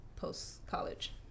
post-college